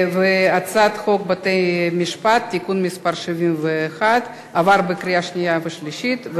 חוק בתי-המשפט (תיקון מס' 71) עבר בקריאה שנייה ושלישית,